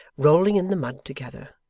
rolling in the mud together,